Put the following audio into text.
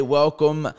welcome